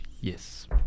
Yes